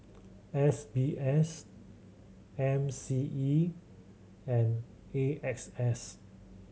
S B S M C E and A X S